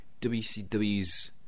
WCW's